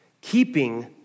keeping